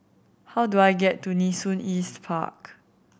how do I get to Nee Soon East Park